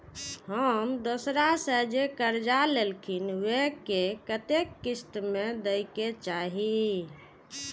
हम दोसरा से जे कर्जा लेलखिन वे के कतेक किस्त में दे के चाही?